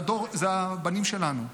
אלה הבנים שלנו,